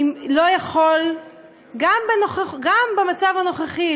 גם במצב הנוכחי,